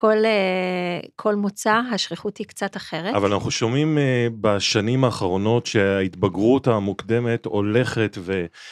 כל, כל מוצא, השכיחות היא קצת אחרת. אבל אנחנו שומעים בשנים האחרונות שההתבגרות המוקדמת הולכת ו...